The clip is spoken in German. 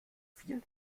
viel